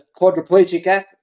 quadriplegic